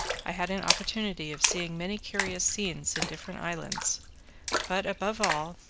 i had an opportunity of seeing many curious scenes in different islands but, above all,